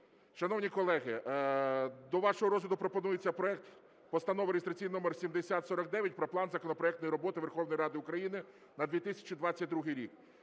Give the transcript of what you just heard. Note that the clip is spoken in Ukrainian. Шановні колеги, до вашого розгляду пропонується проект Постанови (реєстраційний номер 7049) про План законопроектної роботи Верховної Ради України на 2022 рік.